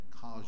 cause